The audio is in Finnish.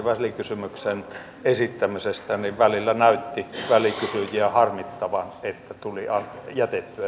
jokaisesta työstä pitää maksaa palkkaa ja vielä sillä tavalla että sillä pärjää